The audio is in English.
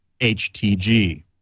HTG